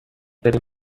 بریم